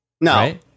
No